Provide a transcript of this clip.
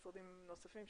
(א),